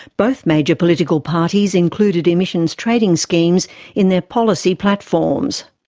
both major political parties included emissions trading schemes in their policy platforms.